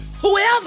Whoever